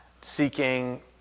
seeking